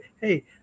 hey